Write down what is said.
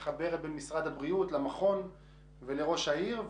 נחבר בין משרד הבריאות למכון ולראש העיר,